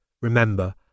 Remember